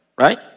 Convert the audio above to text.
right